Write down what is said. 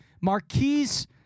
Marquise